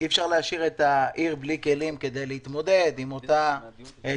אי אפשר להשאיר את העיר בלי כלים כדי להתמודד עם אותה תנופת